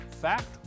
Fact